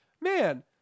man